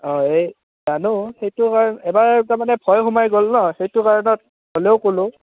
অঁ এই জানো সেইটো কাৰণ এবাৰ তাৰমানে ভয় সোমাই গ'ল ন সেইটো কাৰণত হ'লেও ক'লোঁ